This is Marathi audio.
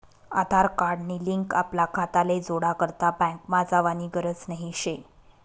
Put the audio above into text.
आधार कार्ड नी लिंक आपला खाताले जोडा करता बँकमा जावानी गरज नही शे